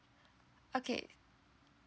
okay